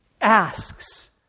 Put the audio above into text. asks